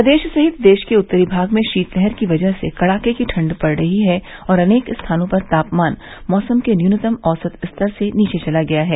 प्रदेश सहित देश के उत्तरी भाग में शीतलहर की वजह से कड़ाके की ठंड पड़ रही है और अनेक स्थानों पर तापमान मौसम के न्यूनतम औसत स्तर से नीचे चला गया है